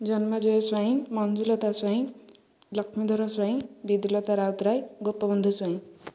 Janmajay Swain Manjulata Swain Lakshmidhar Swain Bidulata Routray Gopabandhu Swain